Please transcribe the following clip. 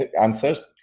answers